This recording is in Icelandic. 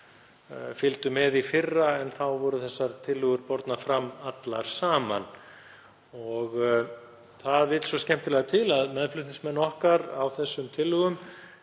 fylgdu með í fyrra. Þá voru þessar tillögur bornar fram allar saman. Það vill svo skemmtilega til að meðflutningsmenn okkar á þessum tillögum